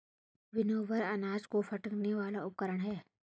winnower अनाज को फटकने वाला उपकरण है